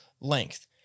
length